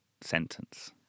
sentence